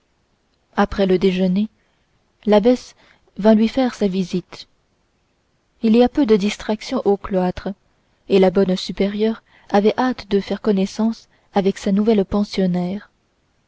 après le déjeuner l'abbesse vint lui faire sa visite il y a peu de distraction au cloître et la bonne supérieure avait hâte de faire connaissance avec sa nouvelle pensionnaire